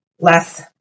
less